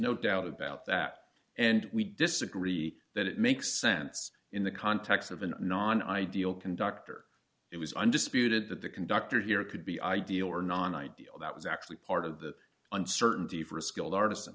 no doubt about that and we disagree that it makes sense in the context of an non ideal conductor it was undisputed that the conductor here could be ideal or non ideal that was actually part of the uncertainty for a skilled artis